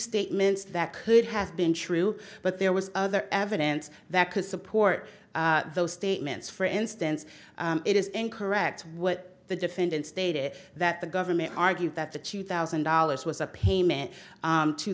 statements that could have been true but there was other evidence that could support those statements for instance it is incorrect what the defendant stated that the government argued that the two thousand dollars was a payment